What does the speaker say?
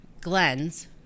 Glenn's